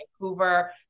vancouver